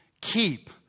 keep